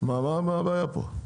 מה הבעיה פה.